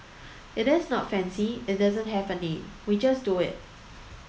it is not fancy it doesn't have a name we just do it